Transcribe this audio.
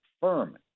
firm